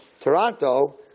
Toronto